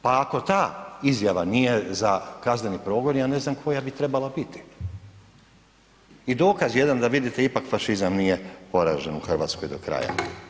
Pa ako ta izjava nije za kazneni progon ja ne znam koja bi trebala biti i dokaz jedan da vidite ipak fašizam nije poražen u Hrvatskoj do kraja.